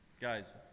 Guys